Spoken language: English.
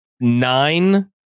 nine